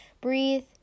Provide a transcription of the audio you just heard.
breathe